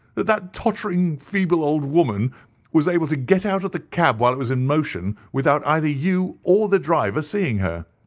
that that tottering, feeble old woman was able to get out of the cab while it was in motion, without either you or the driver seeing her?